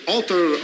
Alter